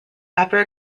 upper